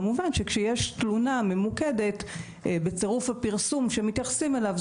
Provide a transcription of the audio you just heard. כמובן שכשיש תלונה ממוקדת בצירוף הפרסום שמתייחסים אליו,